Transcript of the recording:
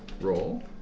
roll